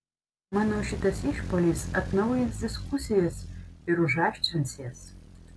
manau šitas išpuolis atnaujins diskusijas ir užaštrins jas